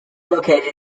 located